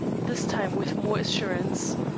this time with more assurance.